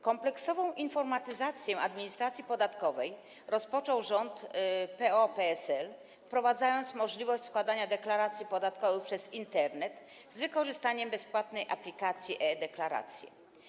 Kompleksową informatyzację administracji podatkowej rozpoczął rząd PO-PSL, wprowadzając możliwość składania deklaracji podatkowych przez Internet z wykorzystaniem bezpłatnej aplikacji e-Deklaracje.